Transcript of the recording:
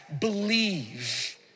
believe